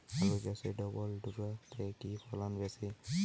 আলু চাষে ডবল ভুরা তে কি ফলন বেশি?